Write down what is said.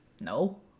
No